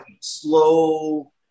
slow